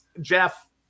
Jeff